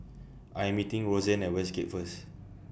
I Am meeting Roseann At Westgate First